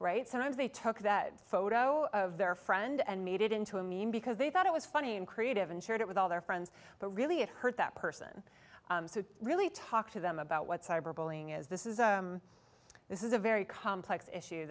right sometimes they took that photo of their friend and made it into a mean because they thought it was funny and creative and shared it with all their friends but really it hurt that person to really talk to them about what cyber bullying is this is a this is a very complex issue